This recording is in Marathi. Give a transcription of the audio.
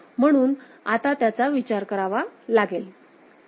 म्हणून आता त्याचा विचार करावा लागेल